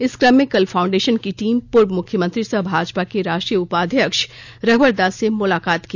इस क्रम में कल फाउंडेशन की टीम पूर्व मुख्यमंत्री सह भाजपा के राष्ट्रीय उपाध्यक्ष रघुवर दास से मुलाकात की